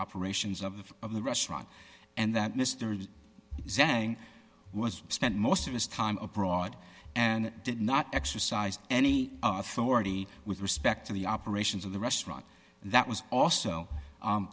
operations of the restaurant and that mr zheng was spent most of his time abroad and did not exercise any authority with respect to the operations of the restaurant that was also